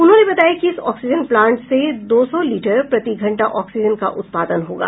उन्होंने बताया कि इस आक्सीजन प्लांट से दो सौ लीटर प्रति घंटा ऑक्सीजन का उत्पादन होगा